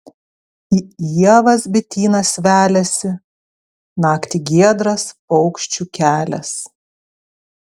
į ievas bitynas veliasi naktį giedras paukščių kelias